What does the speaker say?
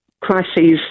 crises